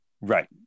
Right